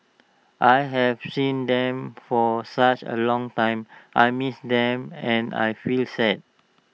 I haven't seen them for such A long time I miss them and I feel sad